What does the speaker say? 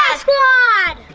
ah squad!